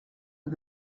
and